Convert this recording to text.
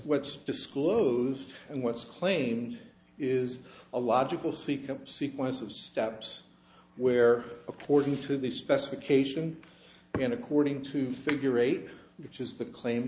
what's disclosed and what's claimed is a logical seek a sequence of steps where according to the specification and according to figure eight which is the claim